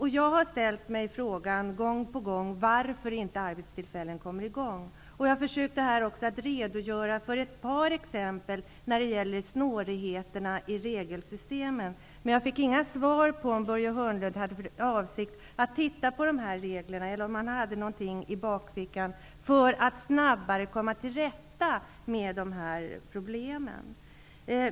Jag har gång på gång ställt mig frågan varför man inte kommer i gång med skapandet av arbetstillfällen. Jag har här också försökt att redogöra för ett par exempel när det gäller det snåriga regelsystemet. Jag fick inget svar på om Börje Hörnlund har för avsikt att se över reglerna eller om han har något i bakfickan för att snabbare komma till rätta med de här problemen.